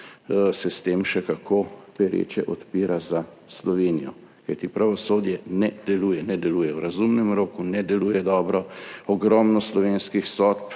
se s tem še kako pereče odpira za Slovenijo. Kajti pravosodje ne deluje. Ne deluje v razumnem roku, ne deluje dobro. Ogromno slovenskih sodb,